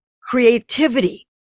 creativity